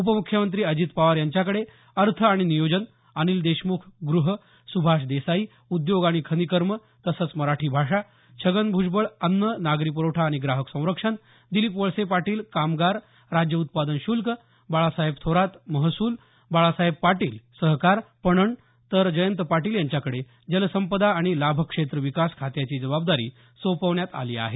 उपमुख्यमंत्री अजित पवार यांच्याकडे अर्थ आणि नियोजन अनिल देशमुख ग्रह सुभाष देसाई उद्योग आणि खनिकर्म तसंच मराठी भाषा छगन भ्जबळ अन्न नागरी पुरवठा आणि ग्राहक संरक्षण दिलीप वळसे पाटील कामगार राज्य उत्पादन शुल्क बाळासाहेब थोरात महसूल बाळासाहेब पाटील सहकार पणन तर जयंत पाटील यांच्याकडे जलसंपदा आणि लाभक्षेत्र विकास खात्याची जबाबदारी सोपवण्यात आली आहे